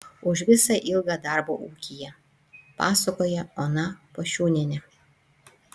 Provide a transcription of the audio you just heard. už visą ilgą darbą ūkyje pasakoja ona pašiūnienė